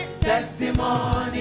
testimony